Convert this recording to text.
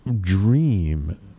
dream